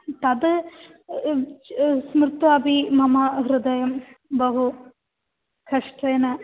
तद् स्मृत्वा अपि मम हृदयं बहु कष्टेन